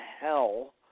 hell